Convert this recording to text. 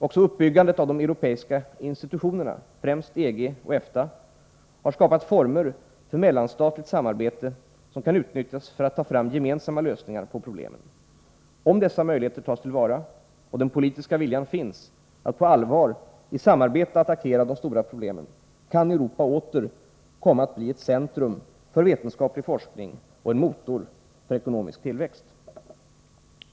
Också uppbyggandet av de europeiska institutionerna, främst EG och EFTA, har skapat former för mellanstatligt samarbete som kan utnyttjas för att ta fram gemensamma lösningar på problemen. Om dessa möjligheter tas till vara och den politiska viljan finns att på allvar i samarbete attackera de stora problemen, kan Europa åter komma att bli ett centrum för vetenskaplig forskning och en motor för ekonomisk tillväxt.